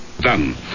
Done